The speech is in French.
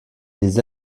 les